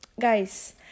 guys